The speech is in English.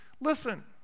Listen